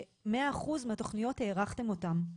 ו-100% מהתכניות הארכתם אותן.